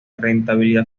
rentabilidad